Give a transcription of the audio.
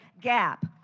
gap